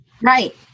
right